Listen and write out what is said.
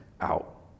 out